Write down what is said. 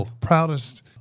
proudest